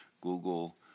Google